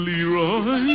Leroy